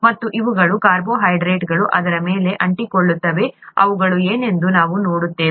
ಮತ್ತು ಇವುಗಳು ಕಾರ್ಬೋಹೈಡ್ರೇಟ್ಗಳು ಅದರ ಮೇಲೆ ಅಂಟಿಕೊಳ್ಳುತ್ತವೆ ಅವುಗಳು ಏನೆಂದು ನಾವು ನೋಡುತ್ತೇವೆ